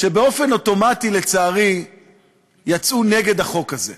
שבאופן אוטומטי לצערי יצאו נגד החוק הזה,